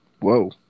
Whoa